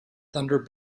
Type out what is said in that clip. thunder